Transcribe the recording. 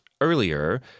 earlier